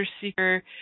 seeker